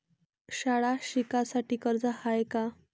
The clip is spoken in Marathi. शाळा शिकासाठी कर्ज हाय का?